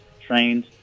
trained